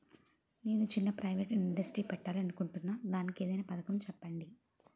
నేను చిన్న private industry పెట్టాలి అనుకుంటున్నా దానికి ఏదైనా పథకం ఉందేమో చెప్పండి?